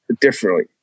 differently